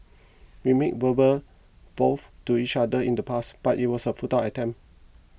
we made verbal vows to each other in the past but it was a futile attempt